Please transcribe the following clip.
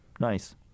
nice